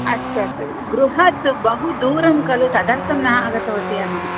अस्तु अस्तु गृहात् बहूदूरं खलु तदर्थं न आगतवती अहं